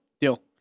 Deal